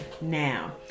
now